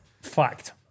Fact